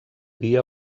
dia